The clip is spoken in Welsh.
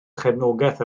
chefnogaeth